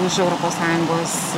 už europos sąjungos